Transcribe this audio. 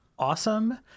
awesome